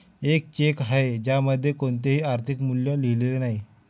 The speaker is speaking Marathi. एक चेक आहे ज्यामध्ये कोणतेही आर्थिक मूल्य लिहिलेले नाही